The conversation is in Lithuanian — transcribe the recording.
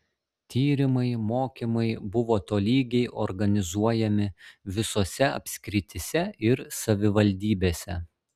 tyrimai mokymai buvo tolygiai organizuojami visose apskrityse ir savivaldybėse